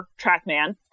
TrackMan